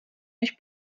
než